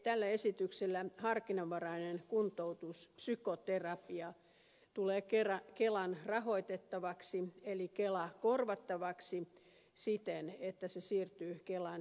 tällä esityksellä harkinnanvarainen kuntoutuspsykoterapia tulee kelan rahoitettavaksi eli kelakorvattavaksi siten että se siirtyy kelan järjestämisvastuulle